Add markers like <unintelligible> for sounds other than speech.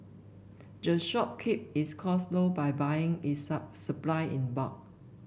the shop keep its cost low by buying its <unintelligible> supply in bulk